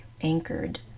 anchored